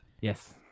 Yes